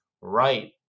right